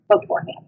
beforehand